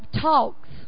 talks